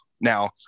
Now